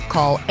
Call